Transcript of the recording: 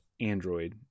android